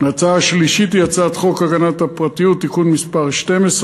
ההצעה השלישית היא הצעת חוק הגנת הפרטיות (תיקון מס' 12)